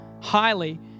highly